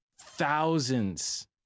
thousands